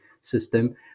system